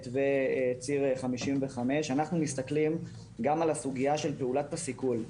וציר 55. אנחנו מסתכלים גם על הסוגיה של פעולת הסיכול.